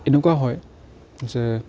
এনেকুৱা হয় যে